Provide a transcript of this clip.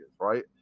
right